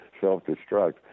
self-destruct